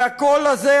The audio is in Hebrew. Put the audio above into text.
והקול הזה,